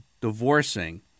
divorcing